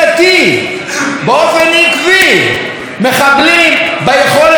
מחבלים ביכולת שלנו להיות אכן אור לגויים.